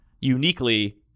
uniquely